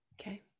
Okay